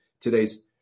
today's